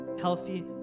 healthy